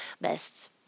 best